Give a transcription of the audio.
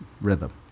rhythm